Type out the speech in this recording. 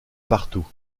partout